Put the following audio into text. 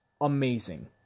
Amazing